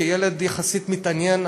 כילד יחסית מתעניין,